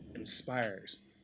inspires